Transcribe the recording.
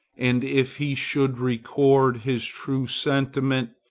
and if he should record his true sentiment,